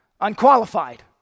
Unqualified